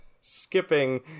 skipping